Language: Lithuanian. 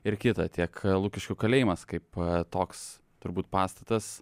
ir kita tiek lukiškių kalėjimas kaip toks turbūt pastatas